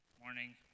Morning